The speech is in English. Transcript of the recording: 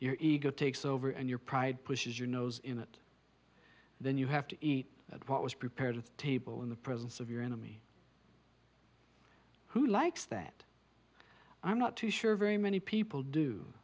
your ego takes over and your pride pushes you nose in it then you have to eat at what was prepared with the table in the presence of your enemy who likes that i'm not too sure very many people do